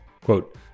Quote